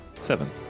Seven